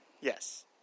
Yes